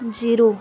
zero